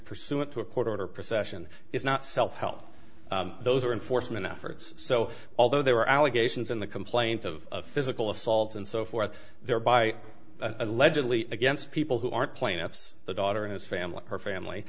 pursuant to a court order possession is not self help those are enforcement efforts so although there are allegations in the complaint of physical assault and so forth there by allegedly against people who aren't plaintiffs the daughter and his family her family